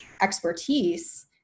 expertise